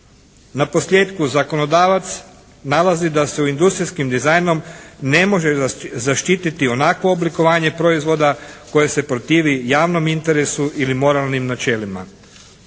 Naposljetku zakonodavac nalazi da se u industrijskim dizajnom ne može zaštititi onakvo oblikovanje proizvoda koje se protivi javnom interesu ili moralnim načelima.